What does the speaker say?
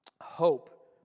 Hope